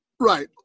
Right